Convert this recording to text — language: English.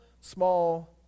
small